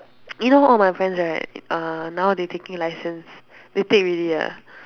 you know all my friends right uh now they taking licence they take already ah